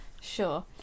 Sure